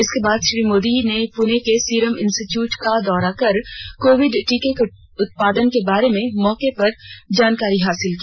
इसके बाद श्री मोदी ने पुणे के सीरम इंस्टीटयूट का दौरा कर कोविड टीके कें उत्पादन के बारे में मौके पर जानकारी हासिल की